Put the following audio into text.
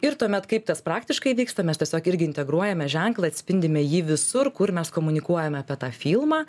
ir tuomet kaip tas praktiškai vyksta mes tiesiog irgi integruojame ženklą atspindime jį visur kur mes komunikuojame apie tą filmą